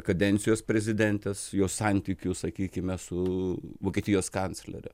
kadencijos prezidentės jos santykių sakykime su vokietijos kanclere